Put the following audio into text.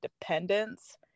dependence